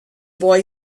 boy